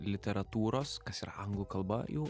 literatūros kas yra anglų kalba jų